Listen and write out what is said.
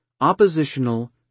oppositional